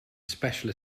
special